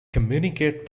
communicate